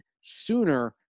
sooner